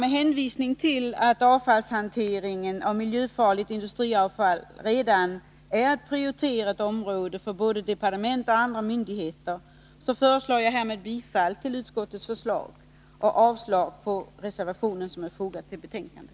Med hänvisning till att hanteringen av miljöfarligt industriavfall redan är prioriterat område för både departement och andra myndigheter yrkar jag härmed bifall till utskottets förslag och avslag på den reservation som är fogad till betänkandet.